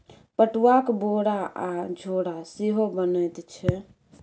पटुआक बोरा आ झोरा सेहो बनैत छै